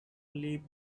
live